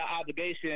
obligation